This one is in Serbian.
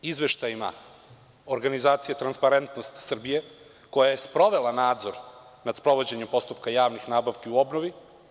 Ali, verujte izveštajima organizacije „Transparentnost Srbije“, koja je sprovela nadzor nad sprovođenjem postupka javnih nabavki u obnovi.